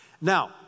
Now